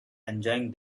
enjoying